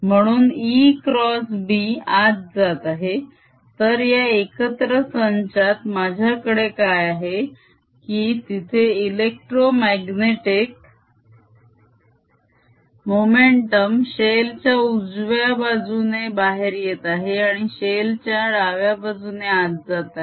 म्हणून ExB आत जात आहे तर या एकत्र संचात माझ्याकडे काय आहे की तिथे इलेक्ट्रोमाग्नेटीक मोमेंटम शेलच्या उजव्या बाजूने बाहेर येत आहे आणि शेल च्या डाव्या बाजूने आत जात आहे